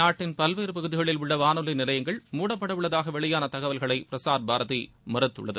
நாட்டின் பல்வேறு பகுதிகளில் உள்ள வானொலி நிலையங்கள் மூடப்படப் உள்ளதாக வெளியான தகவல்களை பிரஸார் பாரதி மறுத்துள்ளது